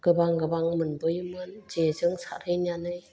गोबां गोबां मोनबोयोमोन जेजों सारहैनानै